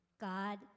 God